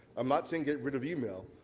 i'm not saying get rid of yeah e-mail